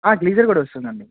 ఆ గీజర్ కూడా వస్తుందండి